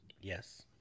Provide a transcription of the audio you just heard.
Yes